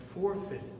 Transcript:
forfeit